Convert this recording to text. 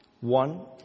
One